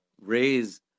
raise